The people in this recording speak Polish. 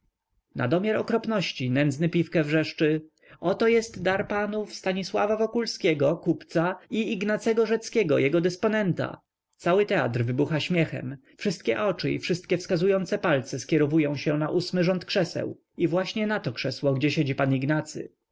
sewastopolskiej nadomiar okropności nędzny pifke wrzeszczy oto jest dar panów stanisława wokulskiego kupca i ignacego rzeckiego jego dysponenta cały teatr wybucha śmiechem wszystkie oczy i wszystkie wskazujące palce skierowują się na ósmy rząd krzeseł i właśnie na to krzesło gdzie siedzi pan ignacy